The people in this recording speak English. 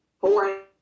four